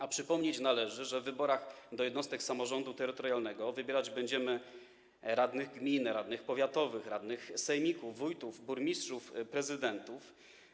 A przypomnieć należy, że w wyborach do jednostek samorządu terytorialnego wybierać będziemy radnych gmin, radnych powiatowych, radnych sejmików, wójtów, burmistrzów, prezydentów.